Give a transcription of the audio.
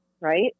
right